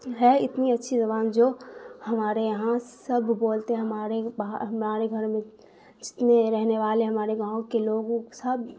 ہے اتنی اچھی زبان جو ہمارے یہاں سب بولتے ہیں ہمارے ہمارے گھر میں جتنے رہنے والے ہمارے گاؤں کے لوگ اوگ سب